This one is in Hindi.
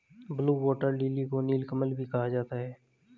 ब्लू वाटर लिली को नीलकमल भी कहा जाता है